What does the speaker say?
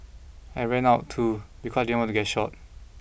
I ran out too because I didn't want to get shot